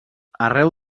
arreu